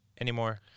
anymore